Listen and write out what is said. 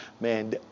Man